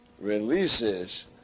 releases